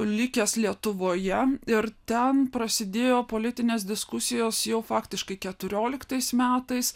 likęs lietuvoje ir ten prasidėjo politinės diskusijos jau faktiškai keturioliktais metais